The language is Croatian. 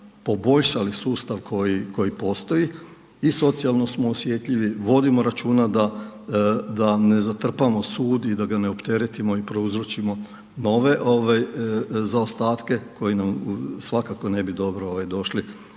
poboljšali sustav koji postoji i socijalno smo osjetljivi, vodimo računa da ne zatrpamo sud i da ga ne opteretimo i prouzročimo nove ove zaostatke koji nam svakako ne bi dobro došli